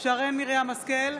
שרן מרים השכל,